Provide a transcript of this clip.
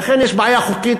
ולכן יש בעיה חוקית,